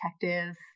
detective